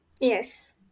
Yes